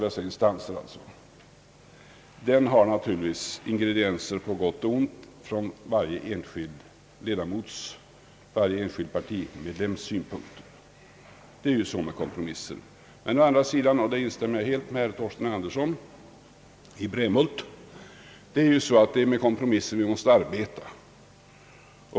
Jag säger detta med särskild adress till någon här i kammaren, som begärt ordet och som är från Kalmar län. Mer identifikation kanske inte behövs. Jag instämmer helt med herr Torsten Andersson att det är med kompromisser vi måste arbeta.